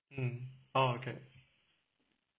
um oh okay